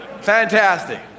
Fantastic